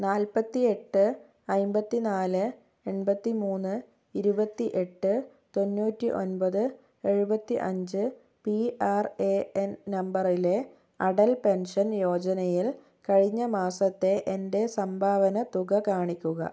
നാല്പത്തിയെട്ട് അൻപത്തിനാല് എൺപത്തിമൂന്ന് ഇരുപത്തിയെട്ട് തൊണ്ണൂറ്റി ഒൻപത് എഴുപത്തിയഞ്ച് പി ആർ എ എൻ നമ്പറിലെ അടൽ പെൻഷൻ യോജനയിൽ കഴിഞ്ഞ മാസത്തെ എൻ്റെ സംഭാവന തുക കാണിക്കുക